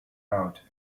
out